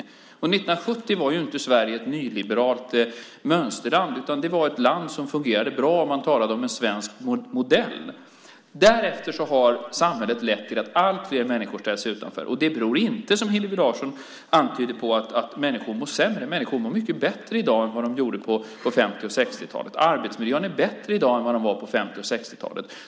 1970 var inte Sverige ett nyliberalt mönsterland utan ett land som fungerade bra. Man talade om en svensk modell. Därefter har samhällsutvecklingen lett till att allt fler människor ställts utanför. Och det beror inte på, som Hillevi Larsson antydde, att människor mår sämre. Människor mår mycket bättre i dag än vad de gjorde på 50-och 60-talen. Arbetsmiljön är bättre i dag än vad den var på 50 och 60-talen.